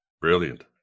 Brilliant